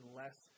less